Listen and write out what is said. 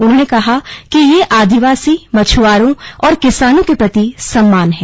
उन्होंने कहा कि यह आदिवासी मछ्आरों और किसानों के प्रति सम्मान है